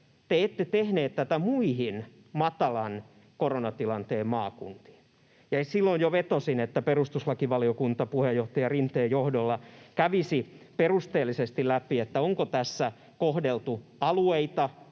hallitus, tehneet muihin matalan koronatilanteen maakuntiin, ja silloin jo vetosin, että perustuslakivaliokunta puheenjohtaja Rinteen johdolla kävisi perusteellisesti läpi, onko tässä kohdeltu alueita